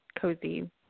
cozy